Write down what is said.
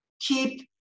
keep